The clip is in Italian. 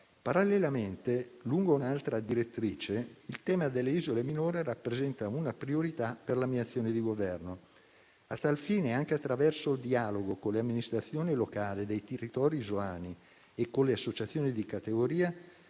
Parallelamente, lungo un'altra direttrice, il tema delle isole minori rappresenta una priorità per la mia azione di Governo. A tal fine, anche attraverso il dialogo con le amministrazioni locali dei territori isolani e con le associazioni di categoria,